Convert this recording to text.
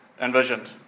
envisioned